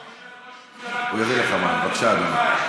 בבקשה, אדוני.